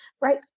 right